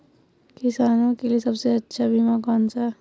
किसानों के लिए सबसे अच्छा बीमा कौन सा है?